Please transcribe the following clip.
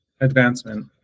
advancement